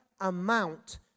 amount